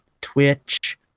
Twitch